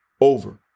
over